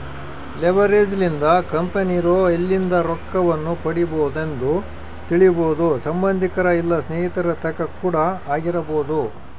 leverage ಲಿಂದ ಕಂಪೆನಿರೊ ಎಲ್ಲಿಂದ ರೊಕ್ಕವನ್ನು ಪಡಿಬೊದೆಂದು ತಿಳಿಬೊದು ಸಂಬಂದಿಕರ ಇಲ್ಲ ಸ್ನೇಹಿತರ ತಕ ಕೂಡ ಆಗಿರಬೊದು